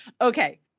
okay